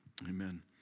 Amen